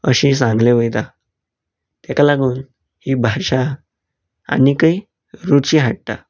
अशें सांगले वयता तेका लागून ही भाशा आनीकय रुची हाडटा